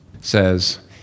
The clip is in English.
says